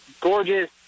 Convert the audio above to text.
gorgeous